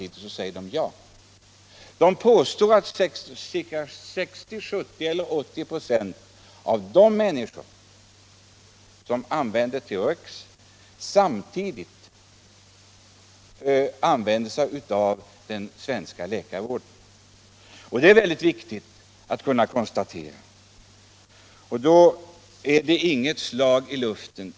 De påstår att 60-80 26 av de människor som använder THX samtidigt begagnar sig av den svenska läkarvården. Det är väldigt viktigt att kunna konstatera detta. Då är det inget slag i luften.